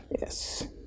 Yes